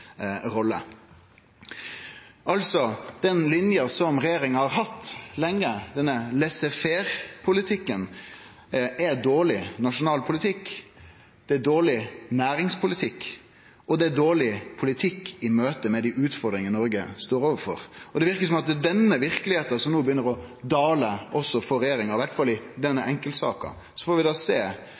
er dårleg næringspolitikk, og det er dårleg politikk i møte med dei utfordringane Noreg står overfor. Det verkar som at det er denne verkelegheita som begynner å dale ned over regjeringa, iallfall i denne enkeltsaka. Så får vi